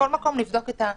מכל מקום, נבדוק את הנושא.